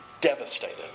devastated